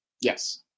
Yes